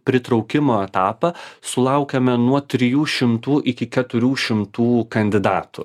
pritraukimo etapą sulaukiame nuo trijų šimtų iki keturių šimtų kandidatų